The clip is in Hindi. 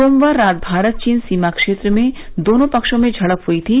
सोमवार रात भारत चीन सीमा क्षेत्र में दोनों पक्षों में झड़प हुई थी